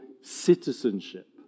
citizenship